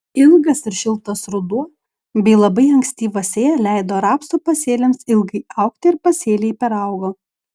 ilgas ir šiltas ruduo bei labai ankstyva sėja leido rapsų pasėliams ilgai augti ir pasėliai peraugo